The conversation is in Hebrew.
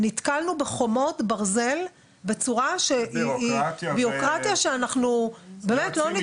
נתקלנו בחומות ברזל ובירוקרטיה שלא נתפסת.